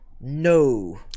No